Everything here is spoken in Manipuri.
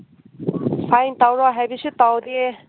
ꯐꯥꯏꯟ ꯇꯧꯔꯣ ꯍꯥꯏꯕꯁꯨ ꯇꯧꯗꯦ